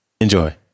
Enjoy